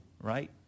right